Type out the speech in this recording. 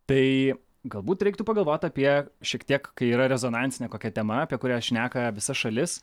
tai galbūt reiktų pagalvot apie šiek tiek kai yra rezonansinė kokia tema apie kurią šneka visa šalis